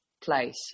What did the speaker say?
place